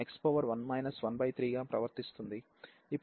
ఇప్పుడు మనకు ఈ ఫంక్షన్ g వచ్చింది